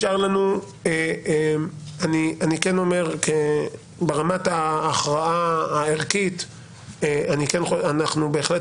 אני כן אומר ברמת ההכרעה הערכית שאנחנו בהחלט